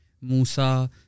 Musa